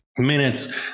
minutes